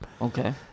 okay